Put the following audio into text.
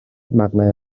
مقنعه